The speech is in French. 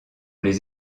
les